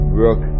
work